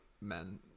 men